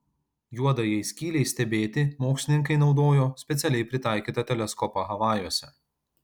juodajai skylei stebėti mokslininkai naudojo specialiai pritaikytą teleskopą havajuose